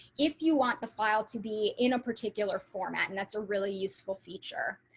if you want the file to be in a particular format. and that's a really useful feature.